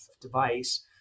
device